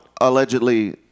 allegedly